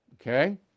okay